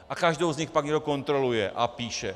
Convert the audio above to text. A každou z nich pak někdo kontroluje a píše.